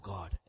God